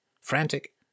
frantic